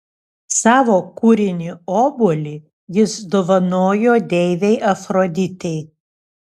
savo kūrinį obuolį jis dovanojo deivei afroditei